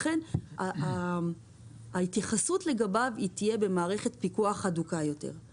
לכן ההתייחסות לגביו תהיה במערכת פיקוח הדוקה יותר.